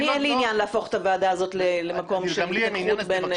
אני לא רוצה להפוך את הוועדה הזאת למקום שיש בו התנגחות בין חברי הכנסת.